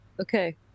Okay